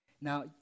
now